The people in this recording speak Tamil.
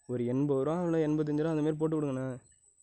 ஒரு எண்பது ரூபா இல்லை எண்பத்தஞ்சுரூவா அந்தமாதிரி போட்டு கொடுங்கண்ணே